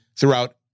throughout